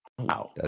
Wow